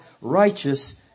righteous